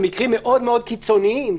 במקרים מאוד מאוד קיצוניים,